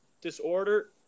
disorder